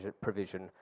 provision